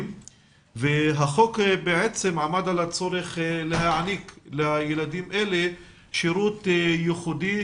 והחוק בעצם עמד על הצורך להעניק לילדים אלה שירות ייחודי,